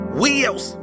Wheels